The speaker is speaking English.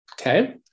Okay